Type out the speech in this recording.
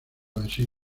así